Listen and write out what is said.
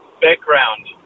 background